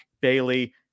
Bailey